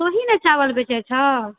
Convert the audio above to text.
तु ही ने चावल बेचै छौं